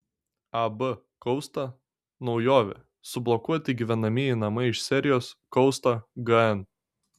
ab kausta naujovė sublokuoti gyvenamieji namai iš serijos kausta gn